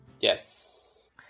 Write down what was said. yes